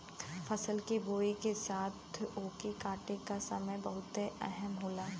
फसल के बोए के साथ ओके काटे का समय बहुते अहम होला